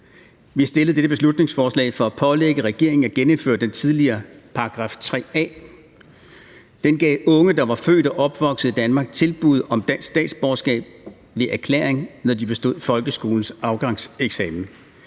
Vi har fremsat dette beslutningsforslag for at pålægge regeringen at genindføre den tidligere § 3 A. Den gav unge, der var født og opvokset i Danmark, tilbud om dansk statsborgerskab ved erklæring, når de bestod folkeskolens afgangseksamen,